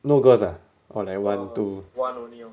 no girls ah or like one two